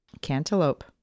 Cantaloupe